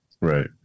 Right